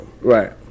right